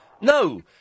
No